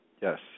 Yes